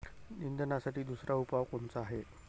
निंदनासाठी दुसरा उपाव कोनचा हाये?